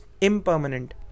impermanent